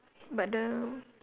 but the